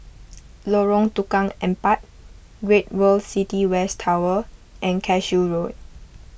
Lorong Tukang Empat Great World City West Tower and Cashew Road